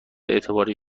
اعتباری